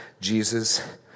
Jesus